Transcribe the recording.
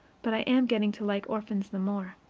but i am getting to like orphans the more.